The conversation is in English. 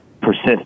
persist